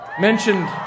Mentioned